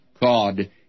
God